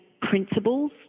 principles